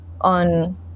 on